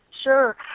Sure